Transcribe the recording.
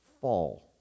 fall